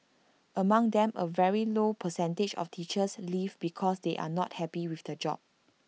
among them A very low percentage of teachers leave because they are not happy with the job